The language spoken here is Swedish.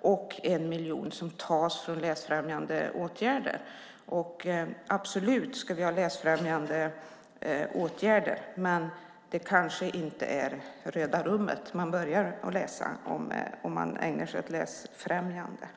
och 1 miljon som tas från läsfrämjandeåtgärder. Vi ska absolut ha läsfrämjandeåtgärder, men det kanske inte är Röda rummet man börjar läsa om man ägnar sig åt läsfrämjande.